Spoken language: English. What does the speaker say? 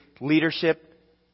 leadership